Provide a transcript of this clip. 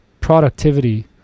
productivity